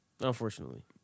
Unfortunately